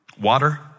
Water